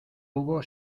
hubo